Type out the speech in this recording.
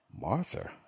Martha